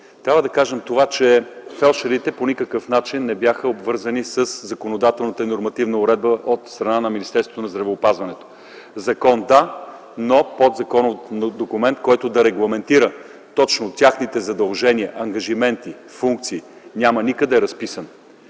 Трябва да кажем, че фелдшерите по никакъв начин не бяха обвързани със законодателната нормативна уредба от страна на Министерството на здравеопазването. Закон – да, но подзаконов документ, който да регламентира точно техните задължения, ангажименти, функции няма разписано